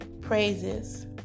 praises